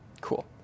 Cool